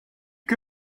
que